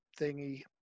thingy